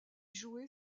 jouer